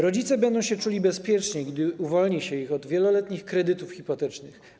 Rodzice będą czuli się bezpiecznie, gdy uwolni się ich od wieloletnich kredytów hipotecznych.